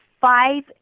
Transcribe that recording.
five